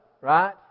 right